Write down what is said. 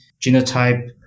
genotype